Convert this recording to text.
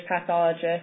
pathologist